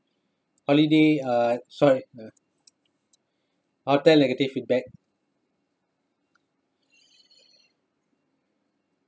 holiday uh sorry uh hotel negative feedback